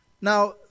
Now